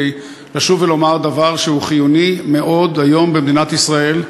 כדי לשוב ולומר דבר שהוא חיוני מאוד היום במדינת ישראל,